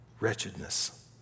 wretchedness